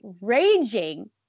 raging